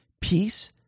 peace